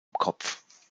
kopf